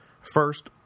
First